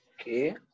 okay